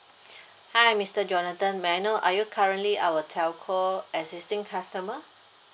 hi mister jonathan may I know are you currently our telco existing customer